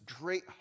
great